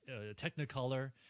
technicolor